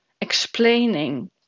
explaining